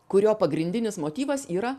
kurio pagrindinis motyvas yra